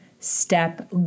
step